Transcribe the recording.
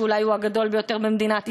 שאולי הוא הגדול ביותר במדינת ישראל,